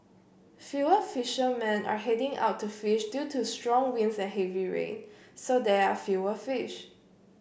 fewer fishermen are heading out to fish due to strong winds and heavy rain so there are fewer fish